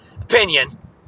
opinion